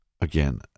again